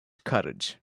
courage